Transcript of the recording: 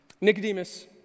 Nicodemus